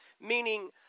meaning